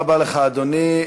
תודה רבה לך, אדוני.